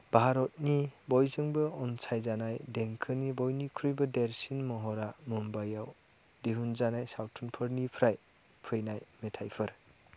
भारतनि बयजोंबो अनसायजानाय देंखोनि बयनिख्रुइबो देरसिन महरा मुम्बाईआव दिहुनजानाय सावथुनफोरनिफ्राय फैनाय मेथाइफोर